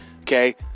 okay